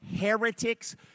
heretics